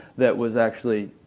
that was actually